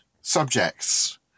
subjects